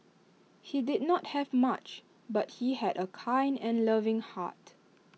he did not have much but he had A kind and loving heart